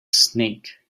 snake